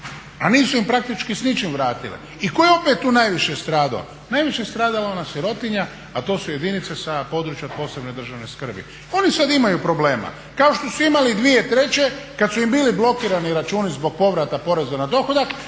a nisu im praktički s ničim vratile. I tko je opet tu najviše stradao? Najviše je stradala ona sirotinja a to su jedinice sa područja od posebne državne skrbi. Oni sada imaju problema kao što su imali 2003. kada su im bili blokirani računi zbog povrata poreza na dohodak,